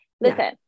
Listen